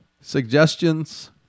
suggestions